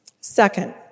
Second